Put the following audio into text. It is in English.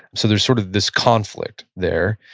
so there's sort of this conflict there.